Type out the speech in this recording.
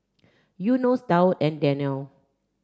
Yunos Daud and Daniel